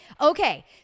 okay